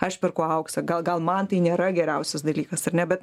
aš perku auksą gal gal man tai nėra geriausias dalykas ar ne bet